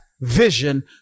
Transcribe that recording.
vision